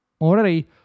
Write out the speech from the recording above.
Already